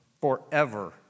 forever